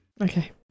Okay